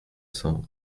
cents